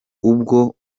ubwo